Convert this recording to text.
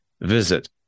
Visit